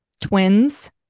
Twins